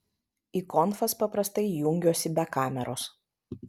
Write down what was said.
į konfas paprastai jungiuosi be kameros